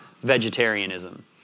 vegetarianism